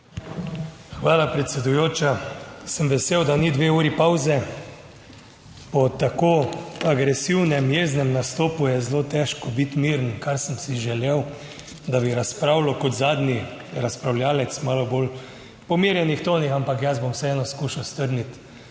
Hvala predsedujoča. Sem vesel, da ni 2 uri pavze. Po tako agresivnem, jeznem nastopu je zelo težko biti miren, kar sem si želel, da bi razpravljal kot zadnji razpravljavec malo bolj po umirjenih tonih, ampak jaz bom vseeno skušal strniti